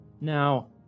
Now